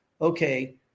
Okay